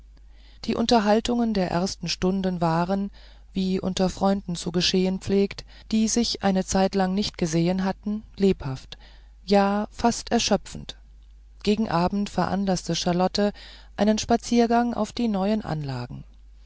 die unterhaltungen der ersten stunden waren wie unter freunden zu geschehen pflegt die sich eine zeitlang nicht gesehen haben lebhaft ja fast erschöpfend gegen abend veranlaßte charlotte einen spaziergang auf die neuen anlagen